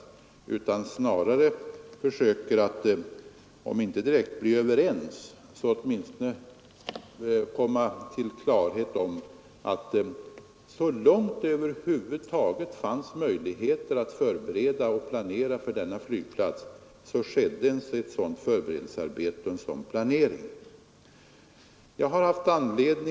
Om vi inte direkt kan bli överens bör vi ändå försöka vinna klarhet i att så långt som det över huvud taget var möjligt att förbereda och planera för denna flygplats i Sturup, så skedde också sådan planering och ett sådant förberedelsearbete.